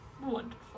Wonderful